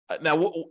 Now